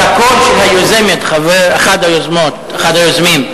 אז הקול של אחד היוזמים והיוזמות,